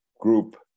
group